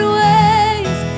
ways